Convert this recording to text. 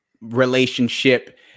relationship